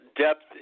depth